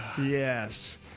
yes